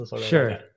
Sure